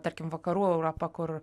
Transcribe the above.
tarkim vakarų europa kur